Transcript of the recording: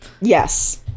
Yes